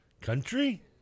Country